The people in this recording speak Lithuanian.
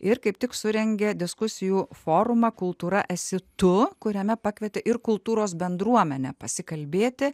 ir kaip tik surengė diskusijų forumą kultūra esi tu kuriame pakvietė ir kultūros bendruomenę pasikalbėti